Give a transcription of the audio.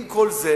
עם כל זה,